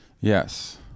Yes